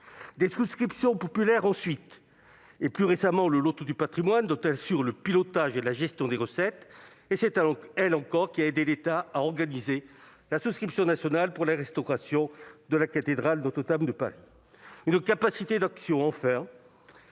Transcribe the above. de souscriptions populaires et, plus récemment, du loto du patrimoine, dont elle assure le pilotage et la gestion des recettes. C'est elle, encore, qui a aidé l'État à organiser la souscription nationale pour la restauration de la cathédrale Notre-Dame de Paris. Enfin, sa capacité d'action est